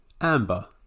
Amber